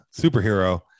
superhero